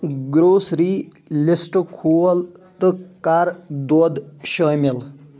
grocery list کھول تہٕ کر دۄد شٲمل